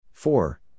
Four